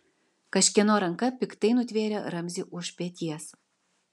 kažkieno ranka piktai nutvėrė ramzį už peties